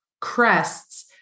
crests